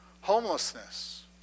homelessness